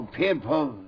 people